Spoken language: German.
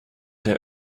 der